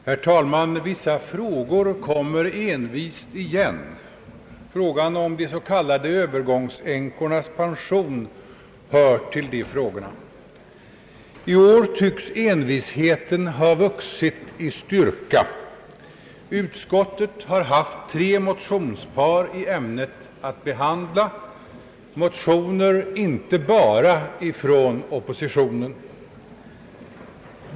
Herr talman! Vissa frågor kommer envist tillbaka. Frågan om de s.k. övergångsänkornas pension hör till dem. I år tycks envisheten ha vuxit i styrka. Utskottet har haft fem motioner i ämnet att behandla, motioner inte bara från oppositionen.